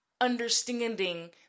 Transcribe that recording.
understanding